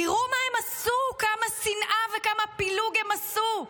תראו מה הם עשו, כמה שנאה וכמה פילוג הם עשו.